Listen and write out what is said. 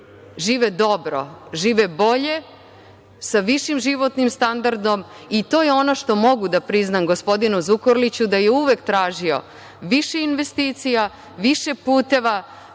žive dobro, žive bolje sa višim životnim standardom, i to je ono što mogu da priznam gospodinu Zukorliću. Uvek je tražio više investicija, više puteva,